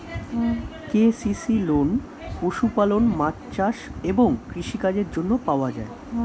KCC loan পশুপালন, মাছ চাষ এবং কৃষি কাজের জন্য পাওয়া যায়